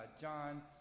John